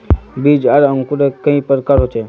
बीज आर अंकूर कई प्रकार होचे?